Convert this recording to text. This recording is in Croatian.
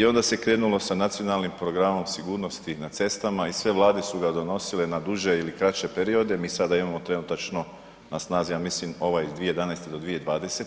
I onda se krenulo sa Nacionalnom programom sigurnosti na cestama i sve Vlade su ga donosile na duže ili kraće periode, mi sada imamo trenutačno na snazi ja mislim ovaj iz 2011. do 2020.